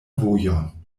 vojon